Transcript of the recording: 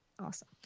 awesome